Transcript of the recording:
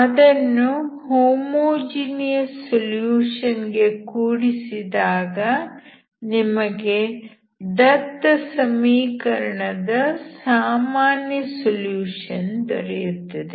ಅದನ್ನು homogeneous solution ಗೆ ಕೂಡಿಸಿದಾಗ ನಿಮಗೆ ದತ್ತ ಸಮೀಕರಣದ ಸಾಮಾನ್ಯ ಸೊಲ್ಯೂಷನ್ ದೊರೆಯುತ್ತದೆ